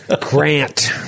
Grant